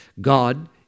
God